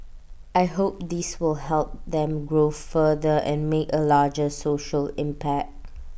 I hope this will help them grow further and make A larger social impact